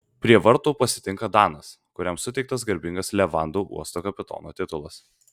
prie vartų pasitinka danas kuriam suteiktas garbingas levandų uosto kapitono titulas